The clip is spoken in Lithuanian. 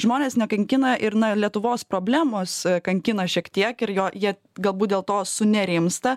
žmonės nekankina ir lietuvos problemos kankina šiek tiek ir jo jie galbūt dėl to sunerimsta